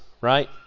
right